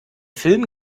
film